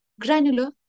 granular